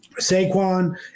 Saquon